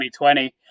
2020